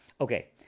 Okay